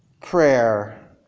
prayer